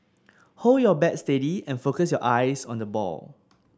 hold your bat steady and focus your eyes on the ball